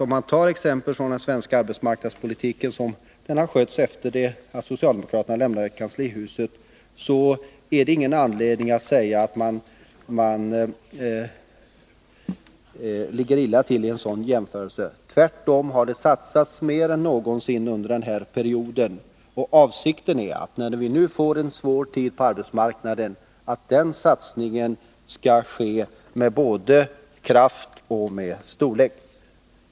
Om man ser på den svenska arbetsmarknadspolitiken såsom den har skötts efter det att socialdemokraterna lämnade kanslihuset, så finner man att det inte finns någon anledning att säga att den nuvarande regeringen ligger illa till vid en jämförelse med den socialdemokratiska. Tvärtom har det satsats mer än någonsin under den här perioden. Avsikten är att när vi nu får en svår tid på arbetsmarknaden, så skall den satsningen fortsätta, och den kommer att vara såväl kraftfull som stor.